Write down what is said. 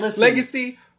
Legacy